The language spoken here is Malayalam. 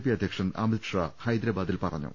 പി അധ്യക്ഷൻ അമിത് ഷാ ഹൈദരബാദിൽ പറഞ്ഞു